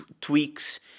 tweaks